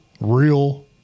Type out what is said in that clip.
real